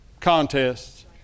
contests